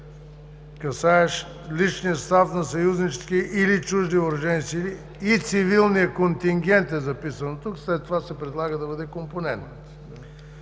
касаещ личния състав на съюзнически или чужди въоръжени сили – и „цивилният контингент“ е записан тук, но след това се предлага да бъде „компонент“